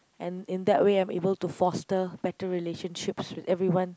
and in that way I'm able to foster better relationships with everyone